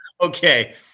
okay